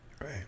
Right